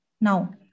now